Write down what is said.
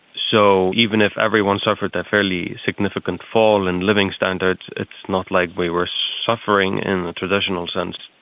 so even if everyone suffered a fairly significant fall in living standards, it's not like we were suffering in the traditional sense.